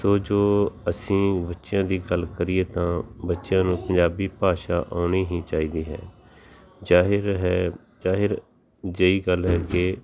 ਸੋ ਜੋ ਅਸੀਂ ਬੱਚਿਆਂ ਦੀ ਗੱਲ ਕਰੀਏ ਤਾਂ ਬੱਚਿਆਂ ਨੂੰ ਪੰਜਾਬੀ ਭਾਸ਼ਾ ਆਉਣੀ ਹੀ ਚਾਹੀਦੀ ਹੈ ਜਾਹਿਰ ਹੈ ਜਾਹਿਰ ਜਿਹੀ ਗੱਲ ਹੈ ਕਿ